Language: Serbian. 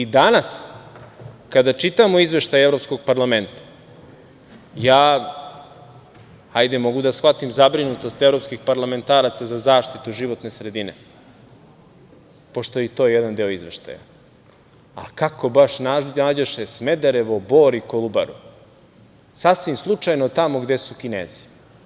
Danas kada čitamo izveštaj Evropskog parlamenta, ja hajde mogu da shvatim zabrinutost evropskih parlamentaraca za zaštitu životne sredine, pošto je i to jedan deo izveštaja ali kako baš nađoše Smederevo, Bor i Kolubaru, sasvim slučajno tamo gde su Kinezi.